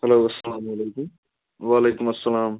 hello اَلسَلامُ علیکُم وعلیکُم اَلسَلام